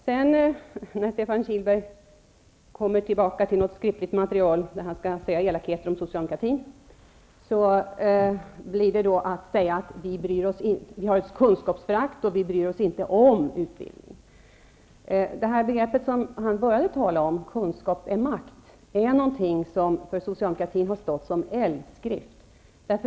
När sedan Stefan Kihlberg går tillbaka till ett skriftligt material för att komma med elakheter mot socialdemokratin säger han att vi har ett kunskapsförakt och att vi inte bryr oss om utbildning. Det begrepp som han började tala om, ''kunskap är makt'', har för socialdemokratin stått som i eldskrift.